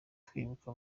twibuka